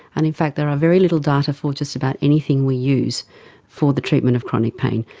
and in fact there are very little data for just about anything we use for the treatment of chronic pain.